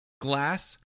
glass